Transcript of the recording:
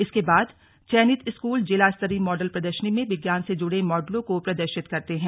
इसके बाद चयनित स्कूल जिला स्तरीय मॉडल प्रदर्शनी में विज्ञान से जुड़े मॉडलों को प्रदर्शित करते हैं